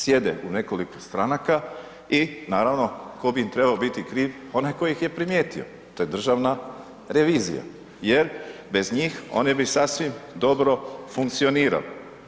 Sjede u nekoliko stranaka i naravno tko bi im trebao biti kriv, onaj koji ih je primijetio, to je Državna revizija jer bez njih on bi sasvim dobro funkcionirao.